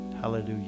Hallelujah